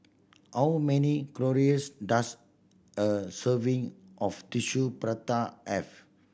how many calories does a serving of Tissue Prata have